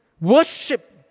worship